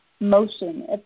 motion